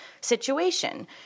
situation